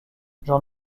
j’en